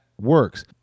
works